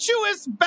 Virtuous